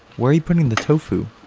where are you putting the tofu?